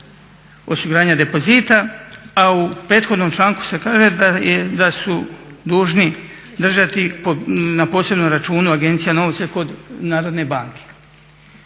osiguranja depozita, a u prethodnom članku se kaže da su dužni držati na posebnom računu agencija novce kod Narodne banke.